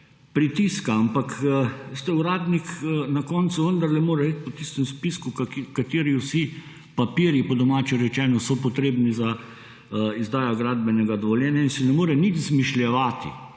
pritiska. Ampak, veste, uradnik na koncu vendarle mora iti po tistem spisku, kateri vsi papirji, po domače rečeno, so potrebni za izdajo gradbenega dovoljenja in se ne more nič izmišljevati,